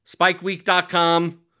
spikeweek.com